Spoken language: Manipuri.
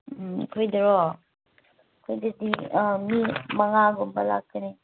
ꯎꯝ ꯑꯩꯈꯣꯏꯗꯔꯣ ꯑꯩꯈꯣꯏꯗꯗꯤ ꯃꯤ ꯃꯉꯥꯒꯨꯝꯕ ꯂꯥꯛꯀꯅꯤ